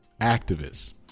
activists